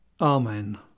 Amen